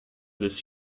this